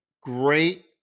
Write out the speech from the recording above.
great